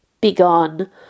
Begone